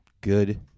Good